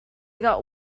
got